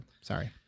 Sorry